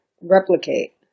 replicate